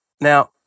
now